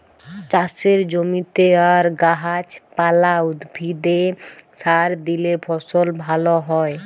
চাষের জমিতে আর গাহাচ পালা, উদ্ভিদে সার দিইলে ফসল ভাল হ্যয়